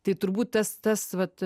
tai turbūt tas tas vat